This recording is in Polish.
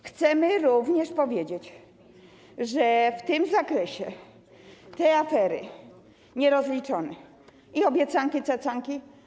Chcemy również powiedzieć, że w tym zakresie afery nierozliczone i obiecanki cacanki.